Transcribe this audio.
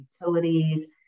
utilities